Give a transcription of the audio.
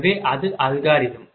எனவே இது அல்காரிதம்